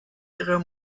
ihrer